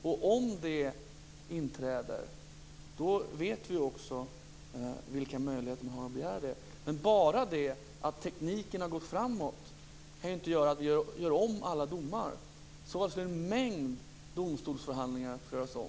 Om denna situation inträder vet vi också vilka möjligheter man har att begära det. Men bara det att tekniken har gått framåt kan ju inte innebära att vi gör om alla domar. I så fall skulle en mängd domstolsförhandlingar få göras om.